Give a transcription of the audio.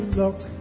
look